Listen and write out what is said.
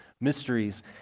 mysteries